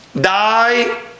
die